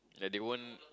like they won't